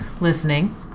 listening